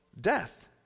death